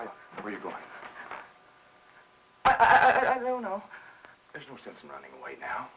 go i don't know there's no sense in running away now